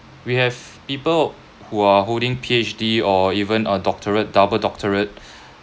we have people who are holding Ph_D or even a doctorate double doctorate